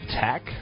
Tech